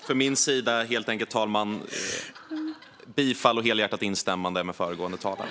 Herr talman! Från min sida helt enkelt bifall och helhjärtat instämmande med föregående talare.